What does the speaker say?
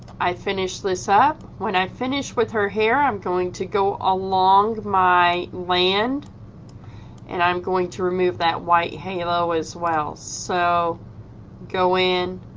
i finish this up when i finish with her hair i'm going to go along my land and i'm going to remove that white halo as well so go in